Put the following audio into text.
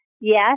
yes